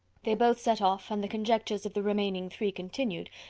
they both set off, and the conjectures of the remaining three continued,